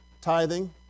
tithing